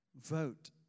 vote